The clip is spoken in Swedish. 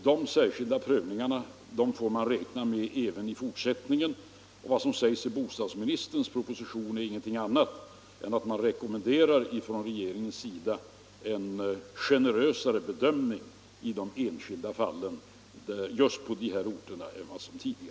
De särskilda prövningarna får man räkna med även i fortsättningen, och vad som sägs i bostadsministerns proposition är ingenting annat än att man från regeringens sida rekommenderar en generösare bedömning än tidigare i de enskilda fallen just på de här orterna.